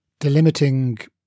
delimiting